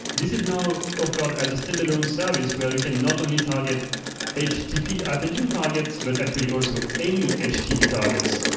this is now offered as a standalone service where you can not only target http app engine targets, but actually also any any http targets.